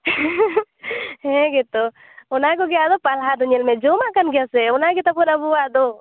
ᱦᱮᱸ ᱜᱮᱛᱚ ᱚᱱᱟ ᱠᱚᱜᱮ ᱟᱫᱚ ᱯᱟᱞᱦᱟ ᱫᱚ ᱧᱮᱞ ᱢᱮ ᱡᱚᱢᱟᱜ ᱠᱟᱱ ᱜᱮᱭᱟ ᱥᱮ ᱚᱱᱟ ᱜᱮ ᱛᱟᱵᱚᱱ ᱟᱵᱚᱣᱟᱜ ᱫᱚ